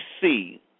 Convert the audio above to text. see